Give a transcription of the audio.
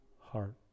heart